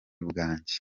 bwanjye